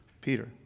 Peter